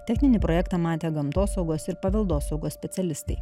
techninį projektą matę gamtosaugos ir paveldosaugos specialistai